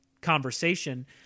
conversation